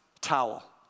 towel